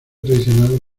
traicionado